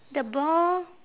the ball